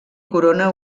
corona